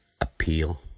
appeal